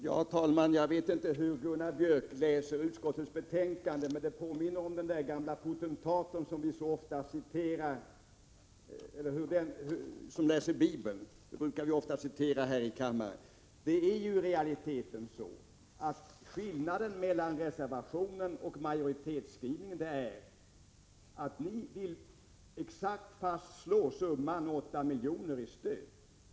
Herr talman! Jag vet inte hur Gunnar Björk i Gävle läser utskottets betänkande, men det påminner mycket om det vi brukar citera i kammaren om hur en viss potentat läser Bibeln. Det är i realiteten så att skillnaden mellan reservationen och majoritetsskrivningen är att ni vill fastslå exakt 8 milj.kr. i stöd.